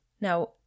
now